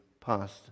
past